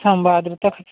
ସମ୍ବାଦରେ ତ